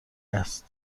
است